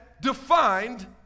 defined